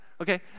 Okay